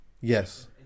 Yes